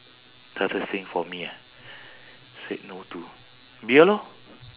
hardest thing for me ah said no to beer lor